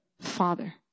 father